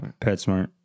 PetSmart